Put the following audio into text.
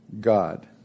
God